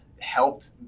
helped